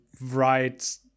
write